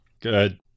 Good